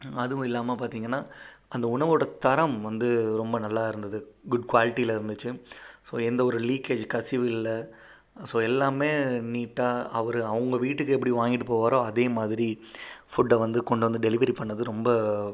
அதுவும் இல்லாமல் பார்த்தீங்கன்னா அந்த உணவோட தரம் வந்து ரொம்ப நல்லா இருந்துது குட் குவால்ட்யில இருந்துச்சு ஸோ எந்த ஒரு லீக்கேஜ் கசிவு இல்லை ஸோ எல்லாமே நீட்டாக அவர் அவங்க வீட்டுக்கு எப்படி வாங்கிட்டு போவாரோ அதே மாதிரி ஃபுட்டை வந்து கொண்டு வந்து டெலிவரி பண்ணது ரொம்ப